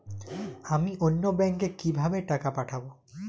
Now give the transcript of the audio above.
আমি অন্য ব্যাংকে কিভাবে টাকা পাঠাব?